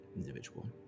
individual